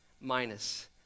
minus